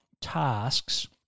tasks